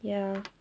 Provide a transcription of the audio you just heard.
ya